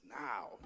now